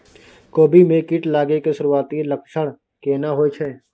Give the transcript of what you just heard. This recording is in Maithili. कोबी में कीट लागय के सुरूआती लक्षण केना होय छै